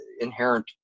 inherent